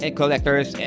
collectors